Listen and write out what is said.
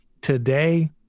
Today